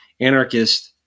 anarchist